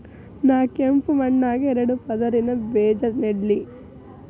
ನಾ ಕೆಂಪ್ ಮಣ್ಣಾಗ ಎರಡು ಪದರಿನ ಬೇಜಾ ನೆಡ್ಲಿ?